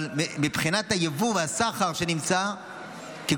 אבל מבחינת היבוא והסחר כגוש,